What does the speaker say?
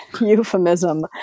euphemism